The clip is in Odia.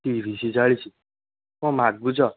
ତିରିଶି ଚାଳିଶି କ'ଣ ମାଗୁଛ